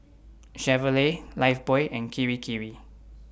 Chevrolet Lifebuoy and Kirei Kirei